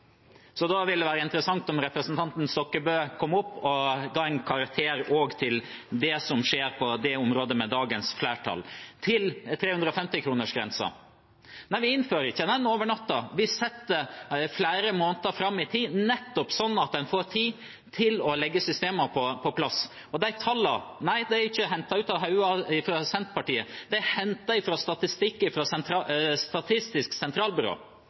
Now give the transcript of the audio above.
det ville være interessant om representanten Stokkebø kom opp på talerstolen og ga en karakter også til det som skjer på dette området med dagens flertall. Til 350-kronergrensen: Vi innfører ikke den over natten. Vi går flere måneder fram i tid, nettopp så en får tid til å få systemene på plass. Og tallene er ikke hentet ut av hodet fra noen i Senterpartiet, de er hentet i statistikk fra Statistisk sentralbyrå.